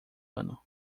ano